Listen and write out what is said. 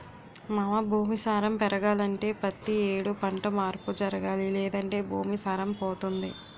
మావా భూమి సారం పెరగాలంటే పతి యేడు పంట మార్పు జరగాలి లేదంటే భూమి సారం పోతుంది